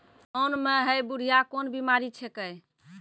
धान म है बुढ़िया कोन बिमारी छेकै?